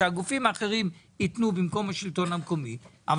שהגופים האחרים יתנו במקום השלטון המקומי אבל